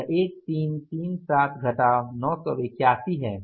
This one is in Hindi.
यह 1337 घटाव 981 है